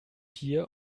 hier